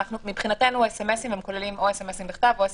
מבחינתי סמסים כוללים סמסים בכתב או קוליים.